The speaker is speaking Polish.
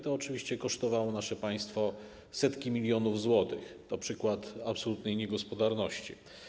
To oczywiście kosztowało nasze państwo setki milionów złotych i jest to przykład absolutnej niegospodarności.